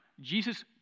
jesus